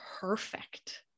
perfect